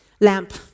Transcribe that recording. lamp